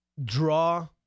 draw